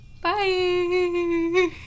Bye